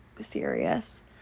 serious